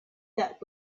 that